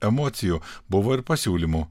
emocijų buvo ir pasiūlymų